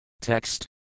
Text